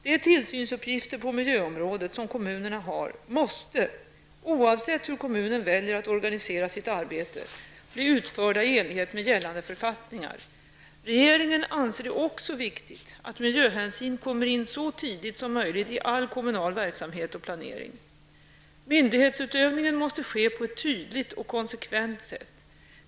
De tillsynsuppgifter på miljöområdet som kommunerna har, måste -- oavsett hur kommunen väljer att organisera sitt arbete -- bli utförda i enlighet med gällande författningar. Regeringen anser det också viktigt att miljöhänsyn kommer in så tidigt som möjligt i all kommunal verksamhet och planering. Myndighetsutövningen måste ske på ett tydligt och konsekvent sätt.